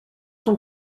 cent